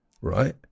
Right